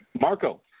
Marco